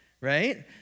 right